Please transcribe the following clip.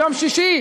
ביום שישי,